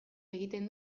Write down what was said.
egiten